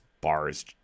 bars